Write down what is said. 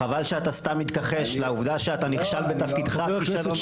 חבל שאתה סתם מתכחש לעובדה שאתה נכשל בתפקידך כישלון חרוץ.